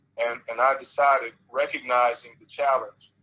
and and i decided recognizing the challenge.